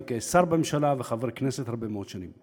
גם כשר בממשלה וחבר הכנסת הרבה מאוד שנים,